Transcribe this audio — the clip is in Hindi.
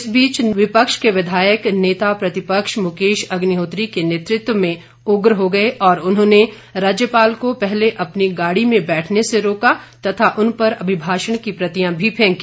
इसी बीच नेता प्रतिपक्ष मुकेश अग्निहोत्री के नेतृत्व में उग्र हो गए और उन्होंने राज्यपाल को पहले अपनी गाड़ी में बैठने से रोका तथा उन पर अभिभाषण की प्रतियां भी फैंकी